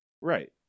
Right